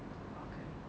okay